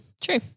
True